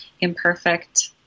imperfect